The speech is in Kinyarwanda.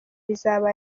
bizaba